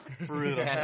Brutal